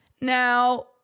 Now